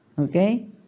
Okay